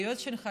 ליועץ שלך,